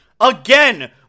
again